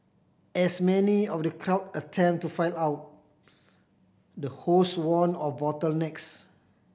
as many of the crowd attempted to file out the host warned of bottlenecks